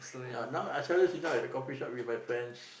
ya now I seldom sit down at the coffee shop with my friends